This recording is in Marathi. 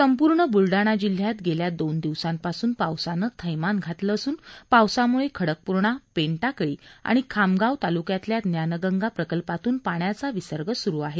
संपूर्ण बुलडाणा जिल्ह्यात गेल्या दोन दिवसांपासून पावसानं थैमान घातलं असून पावसामुळे खडकपूर्णा पेनटाकळी तसंच खामगाव तालुक्यातल्या ज्ञानगंगा प्रकल्पातून पाण्याचा विसर्ग स्रु आहे